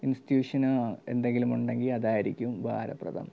ഇൻസ്ട്യൂഷനോ എന്തെങ്കിലുമുണ്ടെങ്കിൽ അതായിരിക്കും ഉപകാരപ്രദം